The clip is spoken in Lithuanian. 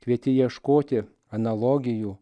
kvieti ieškoti analogijų